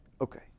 okay